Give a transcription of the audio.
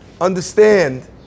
Understand